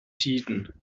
tiden